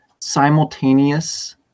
simultaneous